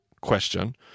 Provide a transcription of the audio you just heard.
question